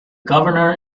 governor